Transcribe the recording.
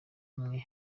imwe